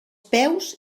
peus